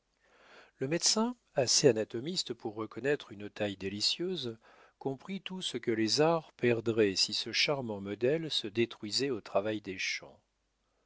le médecin assez anatomiste pour reconnaître une taille délicieuse comprit tout ce que les arts perdraient si ce charmant modèle se détruisait au travail des champs